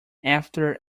after